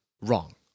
wrong